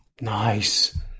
Nice